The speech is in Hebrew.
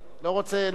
רוצה.